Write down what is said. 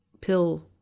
pill